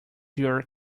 your